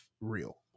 real